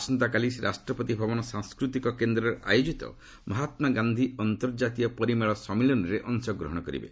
ଆସନ୍ତାକାଲି ସେ ରାଷ୍ଟ୍ରପତି ଭବନ ସଂସ୍କୃତି କେନ୍ଦ୍ରରେ ଆୟୋଜିତ ମହାତ୍ମା ଗାନ୍ଧି ଅନ୍ତର୍ଜାତୀୟ ପରିମଳ ସମ୍ମିଳନୀରେ ଅଂଶଗ୍ରହଣ କରିବେ